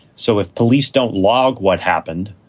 so if police don't log what happened,